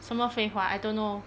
什么废话 I don't know